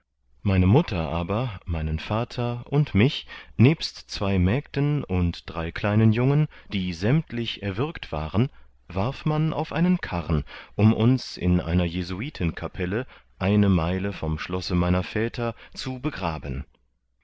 meine mutter aber meinen vater und mich nebst zwei mägden und drei kleinen jungen die sämmtlich erwürgt waren warf man auf einen karren um uns in einer jesuitenkapelle eine meile vom schlosse meiner väter zu begraben